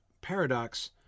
paradox